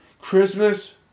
Christmas